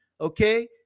okay